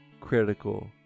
critical